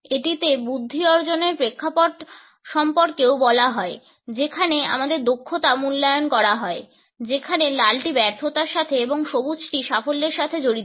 এটিতে বুদ্ধি অর্জনের প্রেক্ষাপট সম্পর্কেও বলা হয় যেখানে আমাদের দক্ষতা মূল্যায়ন করা হয় যেখানে লালটি ব্যর্থতার সাথে এবং সবুজ সাফল্যের সাথে জড়িত